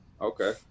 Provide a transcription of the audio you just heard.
Okay